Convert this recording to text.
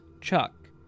Chuck